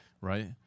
Right